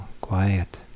quiet